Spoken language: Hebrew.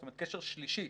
זאת אומרת קשר שלישי.